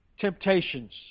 temptations